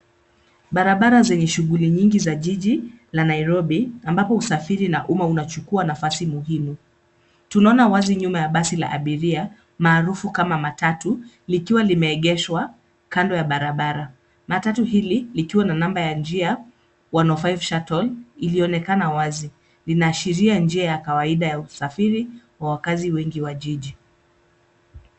Barabara zenye shughuli nyingi za jiji la Nairobi ambapo usafiri na umma unachukua nafasi muhimu. Tunaona wazi nyuma ya basi la abiria maarufu kama matatu likiwa limeegeshwa kando ya barabara. Matatu hili likiwa na namba ya njia 105 Shuttle iliyoonekana wazi linaashiria njia ya kawaida ya usafiri wa wakaazi wengi wa jiji.